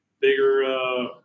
bigger